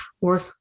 work